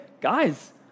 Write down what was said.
guys